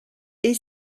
est